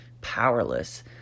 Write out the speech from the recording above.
powerless